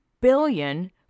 billion